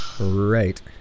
Right